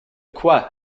quoi